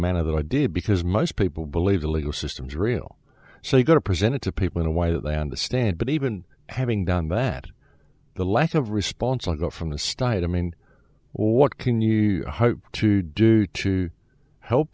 manner that i did because most people believe the legal system is real so you got to present it to people in a way that they understand but even having dhanbad the lack of response i got from the state i mean what can you hope to do to help